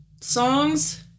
songs